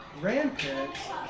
grandparents